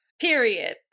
period